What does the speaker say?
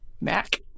Mac